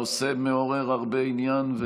הנושא מעורר הרבה עניין,